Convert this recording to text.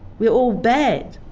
we're all bad?